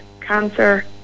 cancer